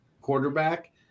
quarterback